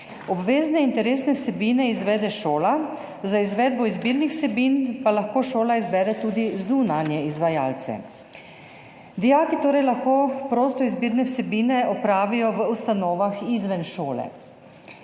Obvezne interesne vsebine izvede šola, za izvedbo izbirnih vsebin pa lahko šola izbere tudi zunanje izvajalce. Dijaki lahko torej prostoizbirne vsebine opravijo v ustanovah izven šole.